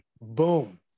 Boom